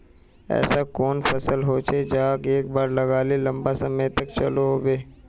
ऐसा कुन कुन फसल होचे जहाक एक बार लगाले लंबा समय तक चलो होबे?